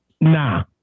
Nah